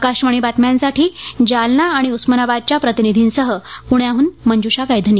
आकाशवाणी बातम्यांसाठी जालना आणि उस्मानाबादच्या प्रतिनिधीसह प्ण्याहन मंजुषा गायधनी